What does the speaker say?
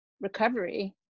recovery